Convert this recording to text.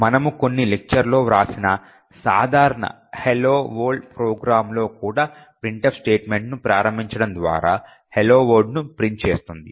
మనము కొన్ని లెక్చర్లలో వ్రాసిన సాధారణ Hello World ప్రోగ్రామ్ లో కూడా printf స్టేట్మెంట్ ను ప్రారంభించడం ద్వారా "hello world" ను ప్రింట్ చేస్తుంది